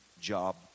job